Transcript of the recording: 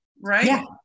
right